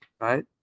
right